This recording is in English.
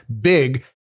big